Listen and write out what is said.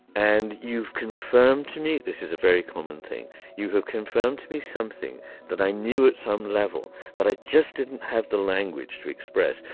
and you've confirmed to me this is a very common thing you have confirmed to me something that i knew at some level, but i just didn't have the language to express.